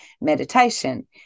meditation